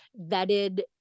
vetted